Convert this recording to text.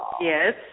Yes